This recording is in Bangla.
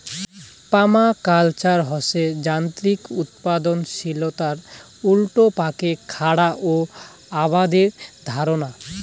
পার্মাকালচার হসে যান্ত্রিক উৎপাদনশীলতার উল্টাপাকে খারা ও আবাদের ধারণা